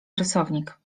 rysownik